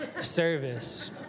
service